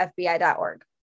FBI.org